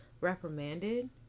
reprimanded